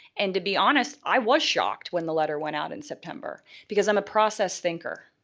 and to be honest, i was shocked when the letter went out in september because i'm a process thinker.